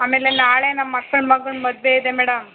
ಆಮೇಲೆ ನಾಳೆ ನಮ್ಮ ಅಕ್ಕನ ಮಗ್ಳ ಮದುವೆ ಇದೆ ಮೇಡಮ್